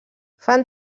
fan